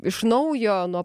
iš naujo nuo